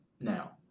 Now